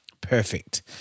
perfect